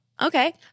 Okay